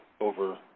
over